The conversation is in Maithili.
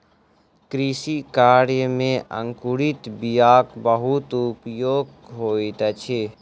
कृषि कार्य में अंकुरित बीयाक बहुत उपयोग होइत अछि